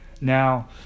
Now